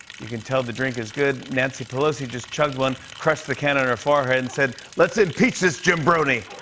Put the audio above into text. you can tell the drink is good. nancy pelosi just chugged one, crushed the can on her forehead, and said, let's impeach this jimbroni.